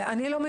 לא משרד החינוך.